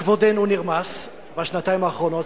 כבודנו נרמס בשנתיים האחרונות,